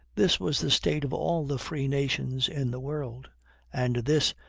this was the state of all the free nations in the world and this,